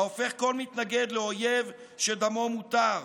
ההופך כל מתנגד לאויב שדמו מותר.